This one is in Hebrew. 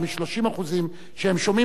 למעלה מ-30% ששומעים את החדשות בערבית,